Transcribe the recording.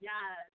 Yes